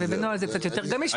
בנוהג זה קצת יותר גמיש,